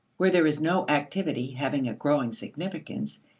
where there is no activity having a growing significance,